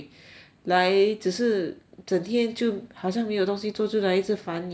来只是整天就好像没有东西做就来一直烦你 ah